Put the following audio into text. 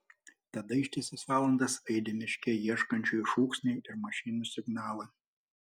tada ištisas valandas aidi miške ieškančiųjų šūksniai ir mašinų signalai